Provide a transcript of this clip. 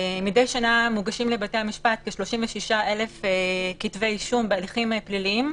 מדי שנה מוגשים לבית המשפט כ-36 אלף כתבי אישום בהליכים פליליים,